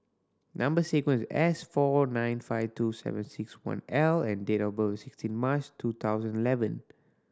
number sequence S four nine five two seven six one L and date of birth is sixteen March two thousand eleven